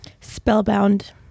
Spellbound